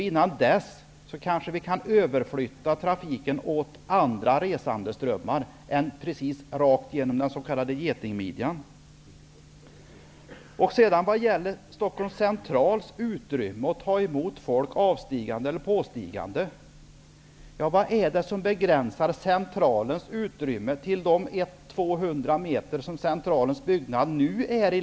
Innan dess kan vi kanske flytta trafiken mot andra resandeströmmar än precis rakt genom den s.k getingmidjan. Angående Stockholms centrals utrymme och möjligheter att ta emot av och påstigande, undrar jag vad det är som begränsar Centralens utrymme till de 100--200 meter som Centralens byggnad nu mäter.